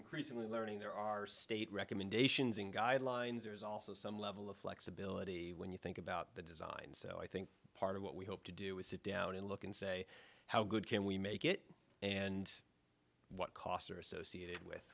increasingly learning there are state recommendations and guidelines there's also some level of flexibility when you think about the design so i think part of what we hope to do is sit down and look and say how good can we make it and what costs are associated with